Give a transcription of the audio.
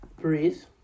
Breeze